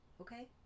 Okay